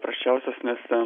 prasčiausios nes ten